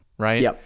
Right